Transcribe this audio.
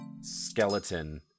skeleton